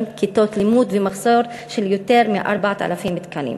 כיתות לימוד ומחסור של יותר מ-4,000 תקנים.